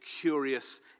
curious